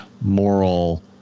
moral